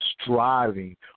striving